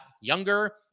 younger